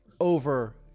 over